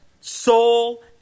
soul